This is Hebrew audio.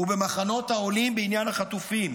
ובמחנות העולים בעניין החטיפות,